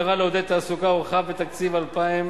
במטרה לעודד תעסוקה הורחב בתקציב 2011